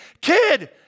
kid